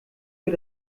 für